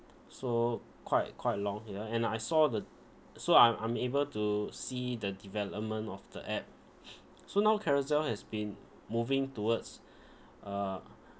so quite quite long ya and I saw the so I'm I'm able to see the development of the app so now Carousell has been moving towards uh